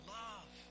love